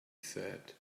said